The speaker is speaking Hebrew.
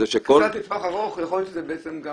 קצת לטווח ארוך יכול להיות שבעצם זה גם